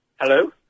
Hello